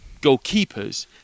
goalkeepers